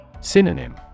Synonym